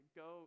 go